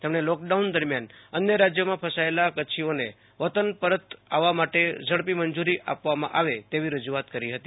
તેમણે લોકડાઉન દરમિયાન અન્ય રાજ્યમાં ફસાયેલા કચ્છીઓને વતન પરત આવવા માટે મંજૂરી આપવામાં આવે તેવી રજૂઆત કરી હતી